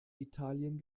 italien